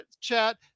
chat